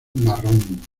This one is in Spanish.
marrón